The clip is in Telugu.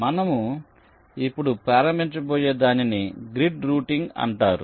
మనము ఇప్పుడు ప్రారంభించబోయే దానిని గ్రిడ్ రూటింగ్ అంటారు